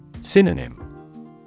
Synonym